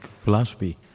philosophy